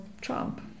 Trump